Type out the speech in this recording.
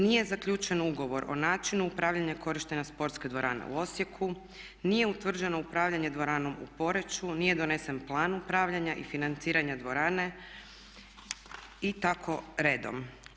Nije zaključen ugovor o načinu upravljanja korištenja sportske dvorane u Osijeku, nije utvrđeno upravljanje dvoranom u Poreču, nije donesen plan upravljanja i financiranja dvorane i tako redom.